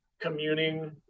Communing